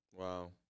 Wow